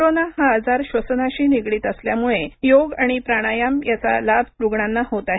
corona हा आजार श्वसनाशी निगडीत असल्यामुळे योग आणि प्राणायाम याचा लाभ रूग्णांना होत आहे